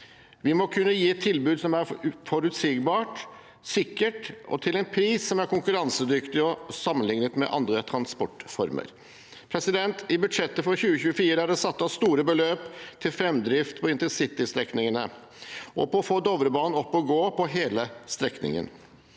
Vi må kunne gi et tilbud som er forutsigbart, sikkert og til en pris som er konkurransedyktig sammenlignet med andre transportformer. I budsjettet for 2024 er det satt av store beløp til framdrift på intercitystrekningene og på å få Dovrebanen oppe og gå på hele strekningen,